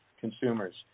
consumers